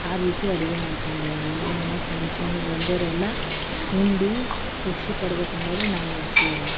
ಆ ರೀತಿ ಅಡಿಗೆ ಮಾಡ್ಕೊಂಡ್ಬರ್ರಿ ನಮ್ಮ ಮನೆ ಫಂಕ್ಷನ್ಗೆ ಬಂದವರೆಲ್ಲ ಉಂಡು ಖುಷಿ ಪಡ್ಬೇಕು ಅಂಬೋದೇ ನಮ್ಮ ಆಸೆ ಅದ